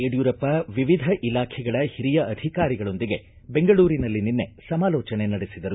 ಯಡಿಯೂರಪ್ಪ ವಿವಿಧ ಇಲಾಖೆಗಳ ಹಿರಿಯ ಅಧಿಕಾರಿಗಳೊಂದಿಗೆ ಬೆಂಗಳೂರಿನಲ್ಲಿ ನಿನ್ನೆ ಸಮಾಲೋಚನೆ ನಡೆಸಿದರು